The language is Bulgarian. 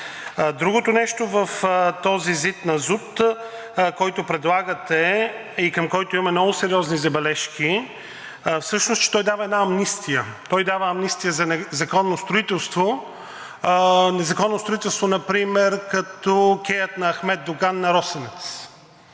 Другото нещо в този ЗИД на ЗУТ, който предлагате и към който има много сериозни забележки, той дава една амнистия, той дава амнистия за незаконно строителство, незаконно строителство, например като кеят на Ахмед Доган на „Росенец“.